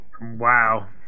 Wow